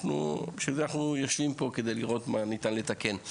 בשביל זה אנחנו יושבים פה כדי לראות מה ניתן לתקן.